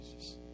Jesus